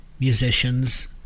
musicians